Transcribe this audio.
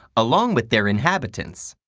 along with their inhabitants.